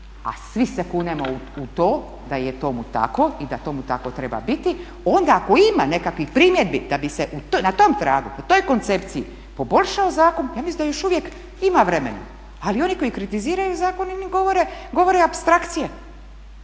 a svi se kunemo u to da je tomu tako i da tomu tako treba biti, onda tko ima nekakvih primjedbi da bi se na tom tragu, na toj koncepciji poboljšao zakon ja mislim da još uvijek ima vremena. Ali oni koji kritiziraju zakon oni ne govore,